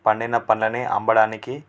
పండిన పళ్ళని అమ్మడానికి